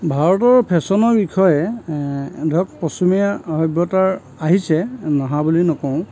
ভাৰতৰ ফেচনৰ বিষয়ে ধৰক পশ্চিমীয়া সভ্যতা আহিছে নহা বুলি নকওঁ